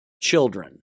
children